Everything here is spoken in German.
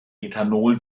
ethanol